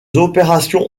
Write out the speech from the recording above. opérations